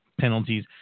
penalties